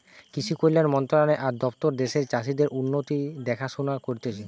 কৃষি কল্যাণ মন্ত্রণালয় আর দপ্তর দ্যাশের চাষীদের উন্নতির দেখাশোনা করতিছে